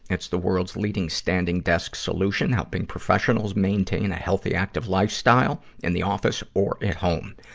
it's the world's leading standing desk solution, helping professionals maintain a healthy, active lifestyle in the office or at home.